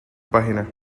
página